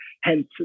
Hence